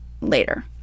later